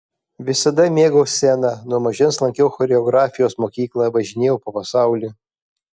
visada mėgau sceną nuo mažens lankiau choreografijos mokyklą važinėjau po pasaulį